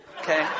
Okay